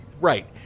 right